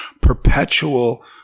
perpetual